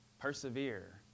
persevere